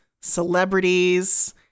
celebrities